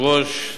כבוד השר,